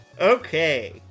Okay